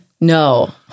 No